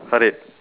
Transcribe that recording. Harid